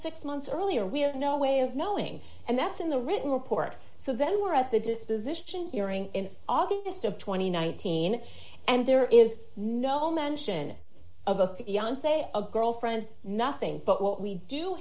six months earlier we have no way of knowing and that's in the written report so then we're at the disposition hearing in august of two thousand and nineteen and there is no mention of a fiance a girlfriend nothing but what we do